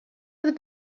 from